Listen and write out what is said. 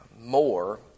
more